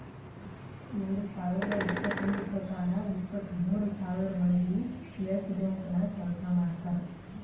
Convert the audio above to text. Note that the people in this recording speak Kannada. ಎರಡು ಸಾವಿರದ್ ಇಪ್ಪತ್ತೊಂದು ಪ್ರಕಾರ ಇಪ್ಪತ್ತು ಮೂರ್ ಸಾವಿರ್ ಮಂದಿ ಯೆಸ್ ಬ್ಯಾಂಕ್ ನಾಗ್ ಕೆಲ್ಸಾ ಮಾಡ್ತಾರ್